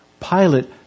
Pilate